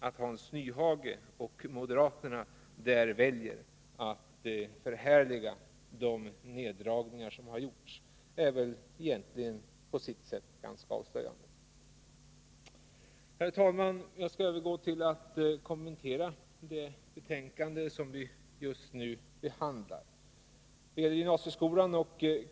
Att Hans Nyhage och moderaterna väljer att förhärliga de neddragningar som har gjorts är väl egentligen på sitt sätt ganska avslöjande. Herr talman! Jag skall övergå till att kommentera det betänkande som vi just nu behandlar.